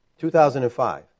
2005